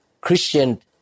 Christian